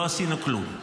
לא עשינו כלום.